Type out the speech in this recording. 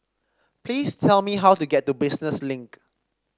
please tell me how to get to Business Link